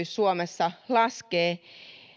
suomessa laskee